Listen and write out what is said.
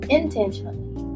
intentionally